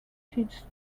teach